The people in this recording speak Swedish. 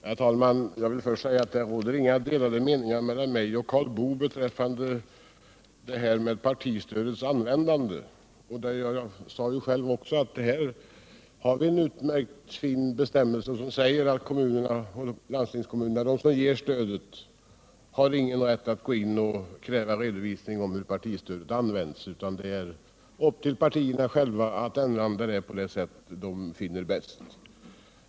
Herr talman! Jag vill först säga: Det råder inga delade meningar mellan mig och Karl Boo beträffande partistödets användande. Jag sade också att vi här har en utmärkt bestämmelse som säger att kommunerna och landstingskommunerna — de som ger stödet — inte har någon rätt att kräva redovisning av hur partistödet använts utan att det är upp till partierna själva att använda det på det sätt de finner bäst.